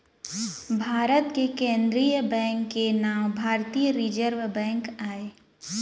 भारत के केंद्रीय बेंक के नांव भारतीय रिजर्व बेंक आय